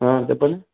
చెప్పండి